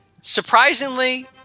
Surprisingly